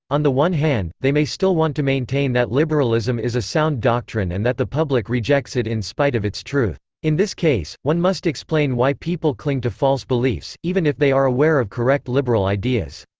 on the one hand, they may still want to maintain that liberalism is a sound doctrine and that the public rejects it in spite of its truth. in this case, one must explain why people cling to false beliefs, even if they are aware of correct liberal ideas.